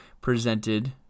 presented